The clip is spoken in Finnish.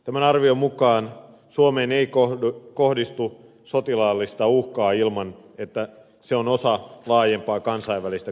tämän arvion mukaan suomeen ei kohdistu sotilaallista uhkaa ilman että se on osa laajempaa kansainvälistä konfliktia